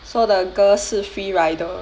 so the girl 是 free rider